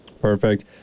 Perfect